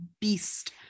beast